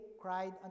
cried